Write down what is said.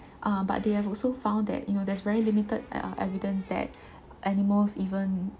uh but they have also found that you know there is very limited uh evidence that animals even